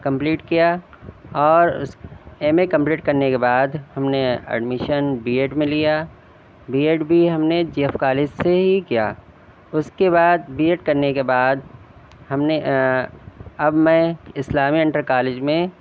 complete کیا اور اس ایم اے کمپلیٹ کرنے کے بعد ہم نے ایڈمشن بی ایڈ میں لیا بی ایڈ بھی ہم نے جی ایف کالج سے ہی کیا اس کے بعد بی ایڈ کرنے کے بعد ہم نے اب میں اسلامیہ انٹر کالج میں